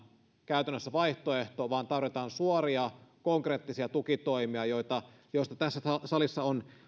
käytännössä vaihtoehto vaan tarvitaan suoria konkreettisia tukitoimia joista tässä salissa on